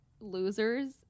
losers